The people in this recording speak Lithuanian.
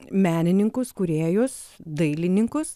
menininkus kūrėjus dailininkus